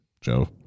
Joe